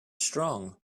strong